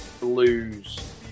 blues